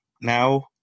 now